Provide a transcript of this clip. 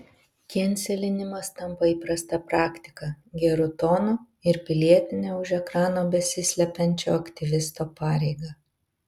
kenselinimas tampa įprasta praktika geru tonu ir pilietine už ekrano besislepiančio aktyvisto pareiga